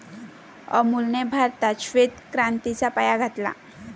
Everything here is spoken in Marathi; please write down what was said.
अमूलने भारतात श्वेत क्रांतीचा पाया घातला